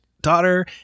daughter